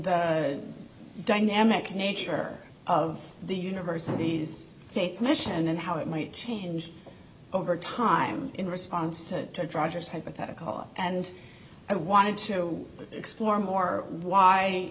the dynamic nature of the university's faith mission and how it might change over time in response to project hypothetical and i wanted to explore more why